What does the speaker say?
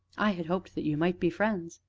i had hoped that you might be friends.